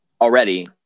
already